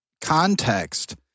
context